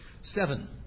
Seven